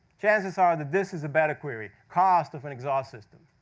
chances are that this is a better query, cost of an exhaust system.